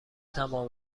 تمام